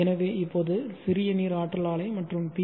எனவே இப்போது சிறிய நீர் ஆற்றல் ஆலை மற்றும் பி